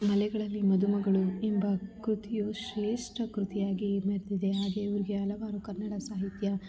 ಮಲೆಗಳಲ್ಲಿ ಮದುಮಗಳು ಎಂಬ ಕೃತಿಯು ಶ್ರೇಷ್ಠ ಕೃತಿಯಾಗಿ ಮೆರೆದಿದೆ ಹಾಗೆ ಇವರಿಗೆ ಹಲವಾರು ಕನ್ನಡ ಸಾಹಿತ್ಯ